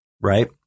right